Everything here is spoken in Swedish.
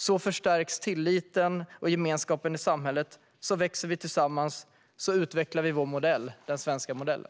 Så förstärks tilliten och gemenskapen i samhället, så växer vi tillsammans och så utvecklar vi vår modell, den svenska modellen.